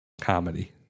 comedy